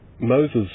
Moses